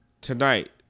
Tonight